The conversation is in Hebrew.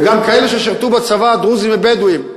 וגם כאלה ששירתו בצבא, דרוזים ובדואים,